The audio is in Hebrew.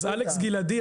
אז אלכס גלעדי,